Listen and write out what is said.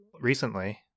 recently